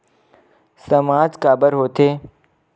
सामाज काबर हो थे?